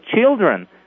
children